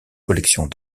collections